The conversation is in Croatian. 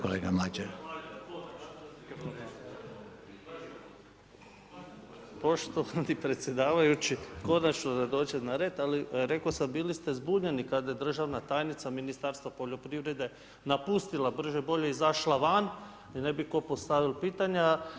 Poštovani predsjedavajući, konačno da dođe na red, ali rekao sam, bili ste zbunjeni, kada je državna tajnica Ministarstva poljoprivrede, napustila brže i bolje i izašla van, da ne bi tko postavio pitanja.